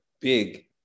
big